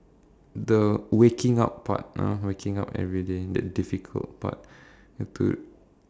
the waking up part ah waking up everyday that difficult part you have to